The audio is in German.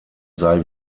sei